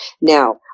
Now